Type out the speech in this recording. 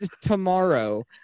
Tomorrow